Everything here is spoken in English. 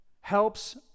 helps